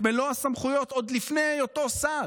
את מלוא הסמכויות עוד לפני היותו שר,